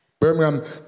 Birmingham